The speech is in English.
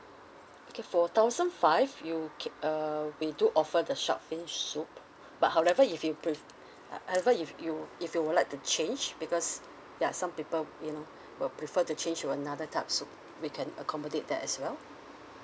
okay for thousand five you keep uh we do offer the shark fin soup but however if you pre~ however if you if you would like to change because ya some people you know will prefer to change to another type soup we can accommodate that as well